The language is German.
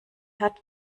hat